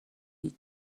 هیچ